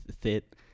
fit